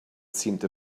seemed